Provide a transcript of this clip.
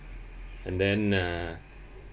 and then uh